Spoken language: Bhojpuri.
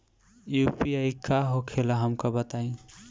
यू.पी.आई का होखेला हमका बताई?